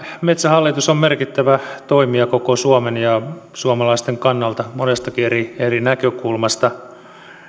metsähallitus on merkittävä toimija koko suomen ja suomalaisten kannalta monestakin eri näkökulmasta